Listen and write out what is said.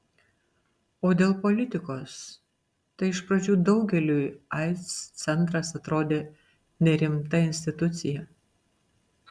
o dėl politikos tai iš pradžių daugeliui aids centras atrodė nerimta institucija